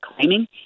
claiming